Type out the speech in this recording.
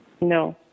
No